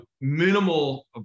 minimal